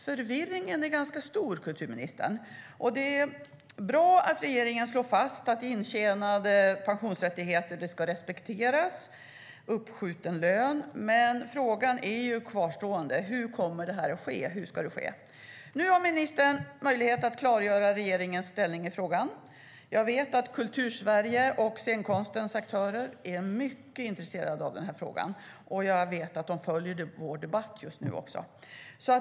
Förvirringen är ganska stor, kulturministern. Det är bra att regeringen slår fast att intjänande pensionsrättigheter ska respekteras, men frågan är kvarstående: Hur ska det här ske? Nu har ministern möjlighet att klargöra regeringens ställning i frågan. Jag vet att Kultursverige och scenkonstens aktörer är mycket intresserade av denna fråga och följer vår debatt just nu.